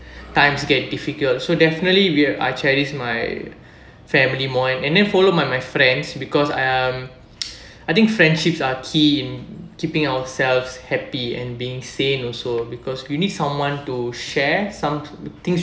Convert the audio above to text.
times get difficult so definitely will I cherish my family more and then followed by my friends because um I think friendships are key in keeping ourselves happy and being sane also because you need someone to share some things